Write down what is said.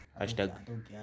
Hashtag